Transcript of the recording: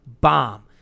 Bomb